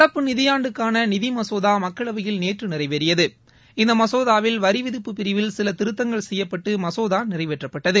நடப்பு நிதியாண்டுக்கான நிதி மசோதா மக்களவையில் நேற்று நிறைவேறியது இந்த மசோதாவில் வரி விதிப்பு பிரிவில் சில திருத்தங்கள் செய்யப்பட்டு மசோதா நிறைவேற்றப்பட்டது